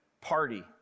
party